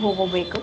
ಹೋಗಬೇಕು